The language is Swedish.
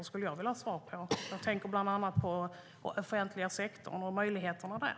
Det skulle jag vilja ha svar på. Jag tänker bland annat på den offentliga sektorn och möjligheterna där.